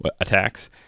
attacks